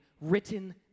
written